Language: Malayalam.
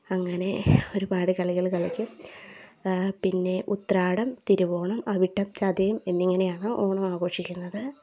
അങ്ങനെ ഒരുപാട് കളികൾ കളിക്കും പിന്നെ ഉത്രാടം തിരുവോണം അവിട്ടം ചതയം എന്നിങ്ങനെയാണ് ഓണം ആഘോഷിക്കുന്നത്